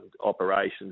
operations